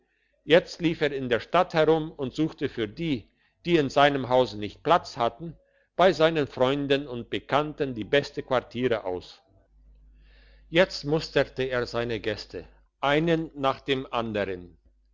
jetzt lief er in der stadt herum und suchte für diejenigen welche in seinem hause nicht platz hatten bei seinen freunden und bekannten die besten quartiere aus jetzt musterte er seine gäste einen nach dem andern